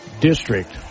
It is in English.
district